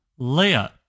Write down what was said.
Leia